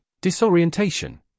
disorientation